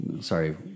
sorry